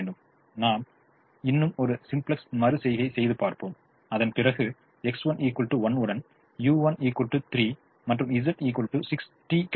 இப்போது நாம் இன்னும் ஒரு சிம்ப்ளக்ஸ் மறு செய்கையைச் செய்து பார்ப்போம் அதன் பிறகு X1 1 உடன் u1 3 மற்றும் Z 60 கிடைக்கும்